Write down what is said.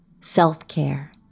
self-care